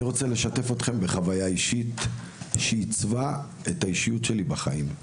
אני רוצה לשתף אותכם בחוויה אישית שעיצבה את האישיות שלי בחיים.